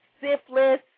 syphilis